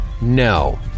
no